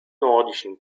nordischen